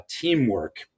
teamwork